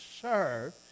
serve